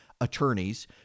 attorneys